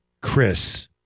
Chris